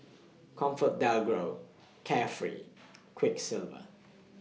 ComfortDelGro Carefree Quiksilver